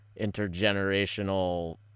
intergenerational